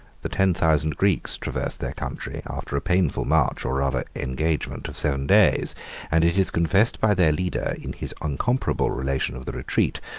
the ten thousand greeks traversed their country, after a painful march, or rather engagement, of seven days and it is confessed by their leader, in his incomparable relation of the retreat,